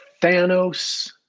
Thanos